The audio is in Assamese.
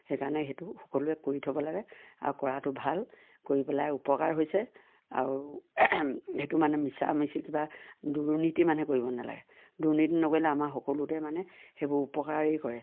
সেইকাৰণে সেইটো সকলোৱে কৰি থ'ব লাগে আৰু কৰাটো ভাল কৰি পেলাই উপকাৰ হৈছে আৰু সেইটো মানে মিছামিচি কিবা দুৰ্নীতি মানে কৰিব নালাগে দুৰ্নীতি নকৰিলে আমাৰ সকলোতে মানে সেইবোৰ উপকাৰেই কৰে